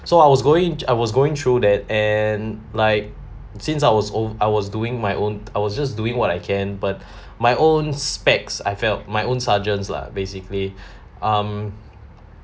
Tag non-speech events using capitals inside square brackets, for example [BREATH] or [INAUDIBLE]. so I was going I was going through that and like since I was ov~ I was doing my own I was just doing what I can but [BREATH] my own specs I felt my own sergeants lah basically [BREATH] um